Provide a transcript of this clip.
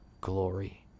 glory